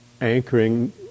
anchoring